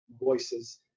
voices